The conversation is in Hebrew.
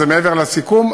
זה מעבר לסיכום,